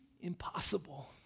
impossible